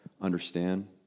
understand